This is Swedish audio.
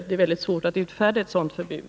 Det är väldigt svårt att utfärda ett sådant förbud.